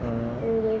uh